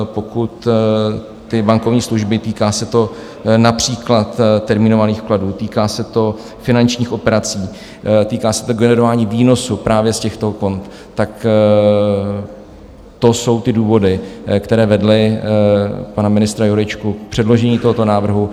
Pokud ty bankovní služby, týká se to například termínovaných vkladů, týká se to finančních operací, týká se to generování výnosů právě z těchto kont, tak to jsou ty důvody, které vedly pana ministra Jurečku k předložení tohoto návrhu.